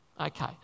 Okay